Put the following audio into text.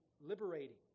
liberating